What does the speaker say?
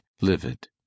livid